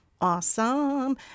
Awesome